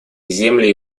земли